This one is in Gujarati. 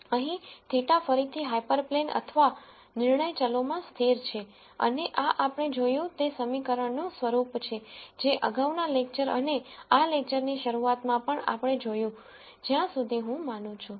અહીં θ ફરીથી હાયપરપ્લેન અથવા નિર્ણય ચલો માં સ્થિર છે અને આ આપણે જોયું તે સમીકરણનું સ્વરૂપ છે જે અગાઉના લેકચર અને આ લેકચરની શરૂઆતમાં પણ આપણે જોયું જ્યાં સુધી હું માનું છુ